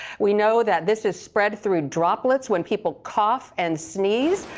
we know that this is spread through droplets when people cough and sneeze,